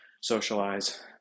socialize